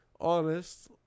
honest